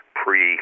pre